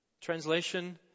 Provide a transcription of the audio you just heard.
Translation